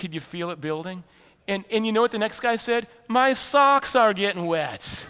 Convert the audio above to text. could you feel it building and you know what the next guy said my socks are getting wet